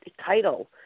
title